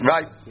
Right